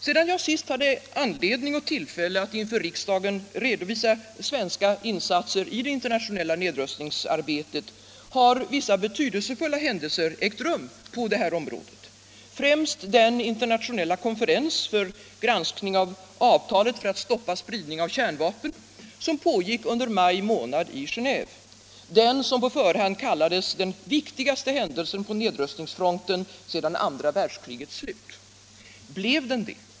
Sedan jag senast hade anledning och tillfälle att inför riksdagen redovisa svenska insatser i det internationella nedrustningsarbetet har vissa betydelsefulla händelser ägt rum på detta område, främst den internationella konferens för granskning av avtalet för att stoppa spridningen av kärnvapen som pågick under maj månad i Geneve och som på förhand kallades den viktigaste händelsen på nedrustningsfronten sedan andra världskrigets slut. Blev den det?